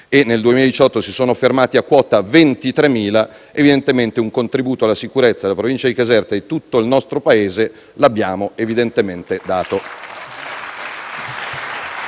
e nel 2018 si sono fermati a quota 23.000, evidentemente un contributo alla sicurezza della provincia di Caserta e di tutto il nostro Paese l'abbiamo dato.